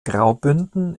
graubünden